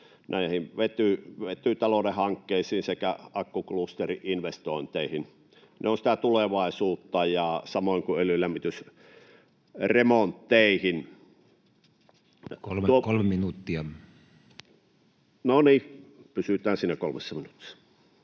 näihin vetytalouden hankkeisiin sekä akkuklusteri-investointeihin, ne ovat sitä tulevaisuutta, samoin kuin öljylämmitysremontteihin. [Puhemies: Kolme minuuttia!] — No niin, pysytään siinä kolmessa minuutissa.